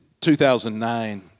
2009